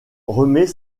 remet